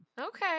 okay